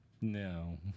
No